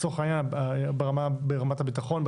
לצורך העניין ברמת הביטחון,